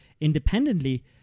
independently